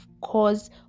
cause